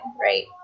right